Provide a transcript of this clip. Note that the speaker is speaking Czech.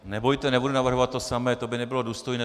Nebojte, nebudu navrhovat to samé, to by nebylo důstojné.